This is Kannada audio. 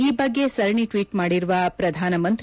ಈ ಬಗ್ಗೆ ಸರಣಿ ಟ್ವೀಟ್ ಮಾಡಿರುವ ಪ್ರಧಾನಮಂತ್ರಿ